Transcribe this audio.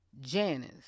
Janice